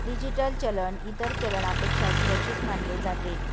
digital चलन इतर चलनापेक्षा सुरक्षित मानले जाते